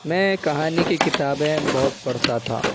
میں کہانی کی کتابیں بہت پڑھتا تھا